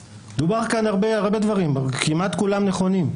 דובר על כאן על הרבה דברים, כמעט כולם נכונים.